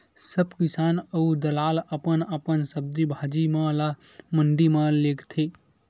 सब किसान अऊ दलाल अपन अपन सब्जी भाजी म ल मंडी म लेगथे